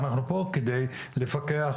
אנחנו פה כדי לפקח,